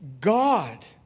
God